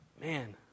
Man